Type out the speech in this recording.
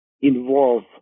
involve